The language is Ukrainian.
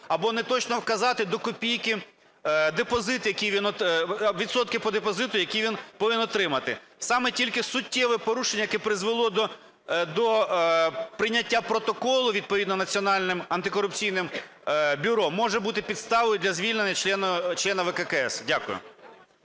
або неточно вказати до копійки депозит, який він... відсотки по депозиту, які він повинен отримати. Саме тільки суттєве порушення, яке призвело до прийняття протоколу відповідно Національним антикорупційним бюро, може бути підставою для звільнення члена ВККС. Дякую.